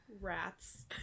rats